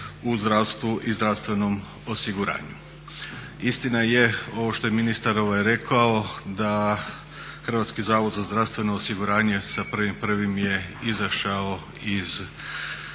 u zdravstvu i zdravstvenom osiguranju. Istina je ovo što je ministar rekao da Hrvatski zavod za zdravstveno osiguranje sa 1.1. je izašao iz Riznice